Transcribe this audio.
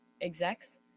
execs